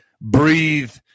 breathe